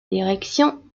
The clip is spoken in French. direction